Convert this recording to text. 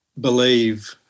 believe